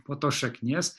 po tos šaknies